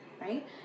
right